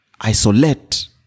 isolate